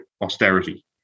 austerity